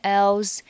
else